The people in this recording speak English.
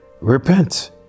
Repent